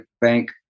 bank